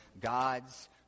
God's